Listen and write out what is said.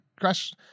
crash